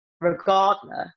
regardless